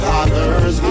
others